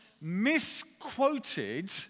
misquoted